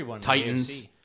Titans